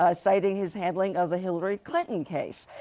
ah citing his handling of the hillary clinton case.